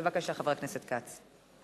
בבקשה, חבר הכנסת כץ.